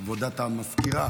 כבוד סגנית המזכיר.